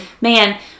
Man